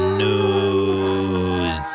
news